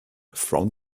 from